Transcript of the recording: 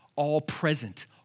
all-present